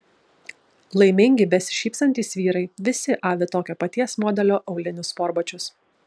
laimingi besišypsantys vyrai visi avi tokio paties modelio aulinius sportbačius